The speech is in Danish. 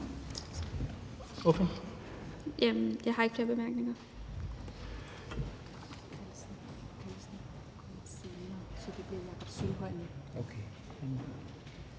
(SF): Jeg har ikke flere bemærkninger. Kl.